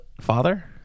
father